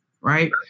right